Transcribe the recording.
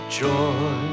joy